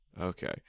Okay